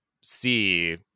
see